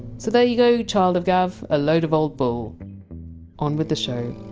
so there you go, child of gav a load of old bull on with the show